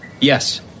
yes